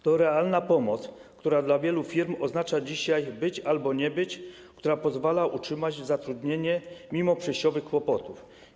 To realna pomoc, która dla wielu firm oznacza dzisiaj być albo nie być, która pozwala utrzymać zatrudnienie mimo przejściowych kłopotów.